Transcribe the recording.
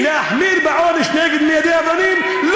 להחמיר בעונש נגד מיידי אבנים?